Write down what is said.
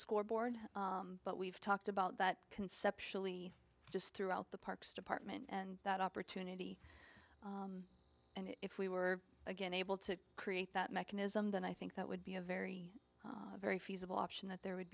scoreboard but we've talked about that conceptually just through out the parks department and that opportunity and if we were again able to create that mechanism then i think that would be a very very feasible option that there would